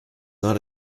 not